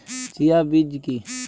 Chia বীজ কী?